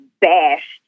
bashed